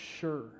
sure